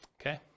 Okay